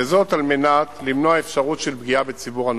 וזאת על מנת למנוע אפשרות של פגיעה בציבור.